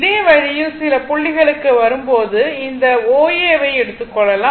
இதே வழியில் சில புள்ளிகளுக்கு வரும் போது இந்த O A ஐ எடுத்துக்கொள்ளலாம்